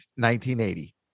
1980